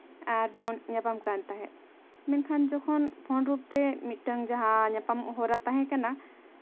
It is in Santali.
ᱟᱨᱵᱚᱱ ᱧᱟᱯᱟᱢ ᱠᱟᱱ ᱛᱟᱦᱮᱸᱫ ᱢᱮᱱᱠᱷᱟᱱ ᱡᱚᱠᱷᱚᱱ ᱯᱷᱳᱱ ᱨᱩᱯᱛᱮ ᱢᱤᱫᱴᱟᱱ ᱡᱟᱦᱟᱸ ᱧᱟᱯᱟᱢᱚᱜ ᱦᱚᱨᱟ ᱛᱟᱦᱮᱸ ᱠᱟᱱᱟ